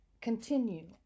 continue